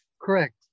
Correct